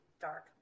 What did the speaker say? dark